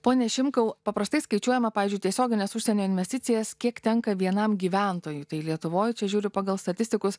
pone šimkau paprastai skaičiuojama pavyzdžiui tiesiogines užsienio investicijas kiek tenka vienam gyventojui tai lietuvoj čia žiūriu pagal statistikus